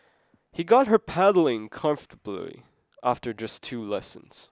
he got her pedaling comfortably after just two lessons